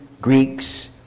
Greeks